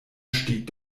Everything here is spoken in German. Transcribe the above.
stieg